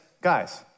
guys